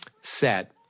set